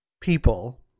people